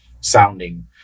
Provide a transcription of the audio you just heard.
sounding